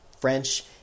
French